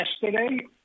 yesterday